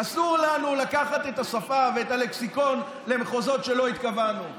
אסור לנו לקחת את השפה ואת הלקסיקון למחוזות שלא התכוונו להם.